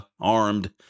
armed